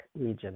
region